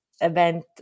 event